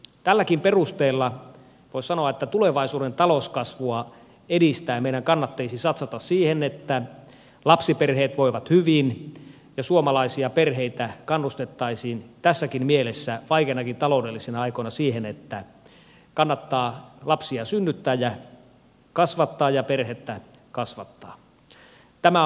tälläkin perusteella voisi sanoa että tulevaisuuden talouskasvua edistäen meidän kannattaisi satsata siihen että lapsiperheet voivat hyvin ja suomalaisia perheitä kannustettaisiin tässäkin mielessä vaikeinakin taloudellisina aikoina siihen että kannattaa lapsia synnyttää ja kasvattaa ja perhettä kasvattaa